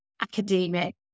academic